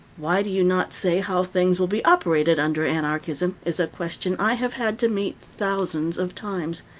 why do you not say how things will be operated under anarchism? is a question i have had to meet thousands of times.